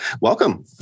Welcome